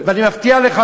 ואני מבטיח לך,